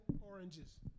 Oranges